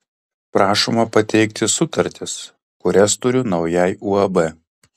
prašoma pateikti sutartis kurias turiu naujai uab